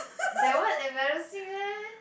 that one embarrassing meh